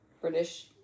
British